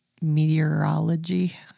meteorology